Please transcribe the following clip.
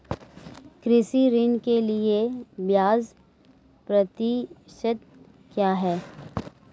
कृषि ऋण के लिए ब्याज प्रतिशत क्या है?